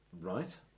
Right